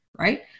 Right